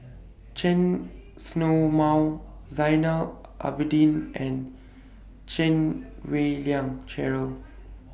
Chen Snow Mao Zainal Abidin and Chan Wei Ling Cheryl